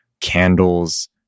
candles